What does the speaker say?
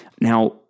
Now